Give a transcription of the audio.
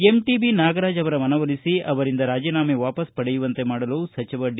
MTB Nagaraja ಅವರ ಮನವೊಲಿಸಿ ಅವರಿಂದ ರಾಜೀನಾಮೆ ವಾಪಾಸು ಪಡೆಯುವಂತೆ ಮಾಡಲು ಸಚಿವ ಡಿ